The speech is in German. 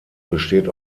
besteht